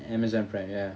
amazon prime ya